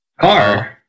Car